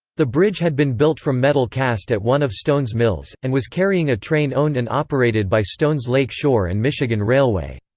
the bridge had been built from metal cast at one of stone's mills, and was carrying a train owned and operated by stone's lake shore and michigan railway.